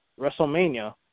WrestleMania